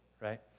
right